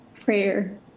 prayer